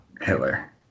Hitler